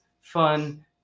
fun